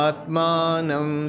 Atmanam